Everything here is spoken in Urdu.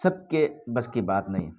سب کے بس کی بات نہیں